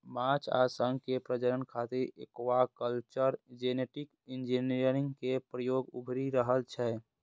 माछ आ शंख के प्रजनन खातिर एक्वाकल्चर जेनेटिक इंजीनियरिंग के प्रयोग उभरि रहल छै